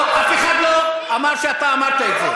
לא, אף אחד לא אמר שאתה אמרת את זה.